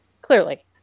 Clearly